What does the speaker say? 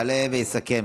וכמו שאומרים אצלנו,